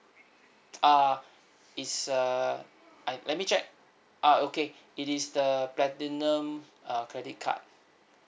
uh it's uh I let me check uh okay it is the platinum err credit card